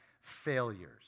failures